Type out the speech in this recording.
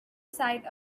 side